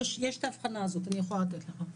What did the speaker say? יש את ההבחנה הזאת, אני אוכל לתת לך.